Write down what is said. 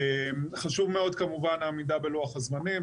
חשובה מאוד כמובן העמידה בלוח הזמנים.